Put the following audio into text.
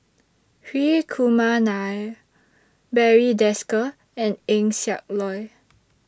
Hri Kumar Nair Barry Desker and Eng Siak Loy